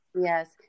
Yes